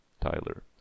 Tyler